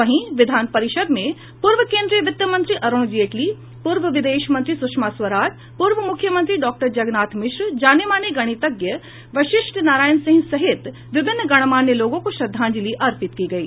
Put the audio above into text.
वहीं विधान परिषद् में पूर्व केन्द्रीय वित्त मंत्री अरुण जेटली पूर्व विदेश मंत्री सुषमा स्वराज पूर्व मुख्यमंत्री डॉक्टर जगन्नाथ मिश्र जानेमाने गणितज्ञ वशिष्ठ नारायण सिंह सहित विभिन्न गणमान्य लोगों को श्रद्धांजलि अर्पित की गयी